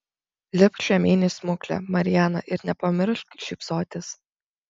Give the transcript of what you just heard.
lipk žemyn į smuklę mariana ir nepamiršk šypsotis